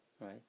right